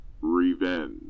revenge